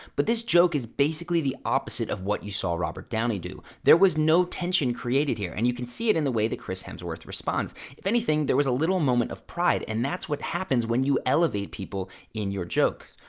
but this joke is basically the opposite of what you saw robert downey do. there was no tension created here and you can see it in the way that chris hemsworth responds. if anything, there was a little moment of pride, and that's what happens when you elevate people in your joke.